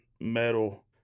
metal